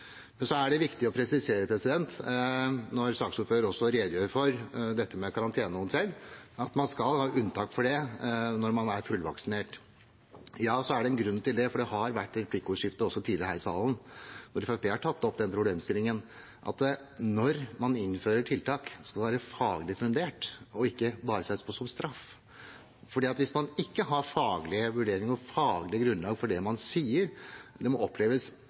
Men når saksordføreren også redegjør for dette med karantenehotell, er det viktig å presisere at man skal ha unntak for det når man er fullvaksinert. Ja, det er en grunn til det. Det har vært et replikkordskifte tidligere her i salen hvor Fremskrittspartiet tok opp problemstillingen med at når man innfører tiltak, så skal det være faglig fundert og ikke bare bli sett på som straff. Hvis man ikke har faglige vurderinger og faglig grunnlag for det man sier, oppleves det